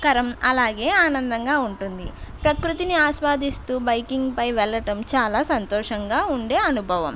కరం అలాగే ఆనందంగా ఉంటుంది ప్రకృతిని ఆస్వాదిస్తూ బైకింగ్ పై వెళ్ళటం చాలా సంతోషంగా ఉండే అనుభవం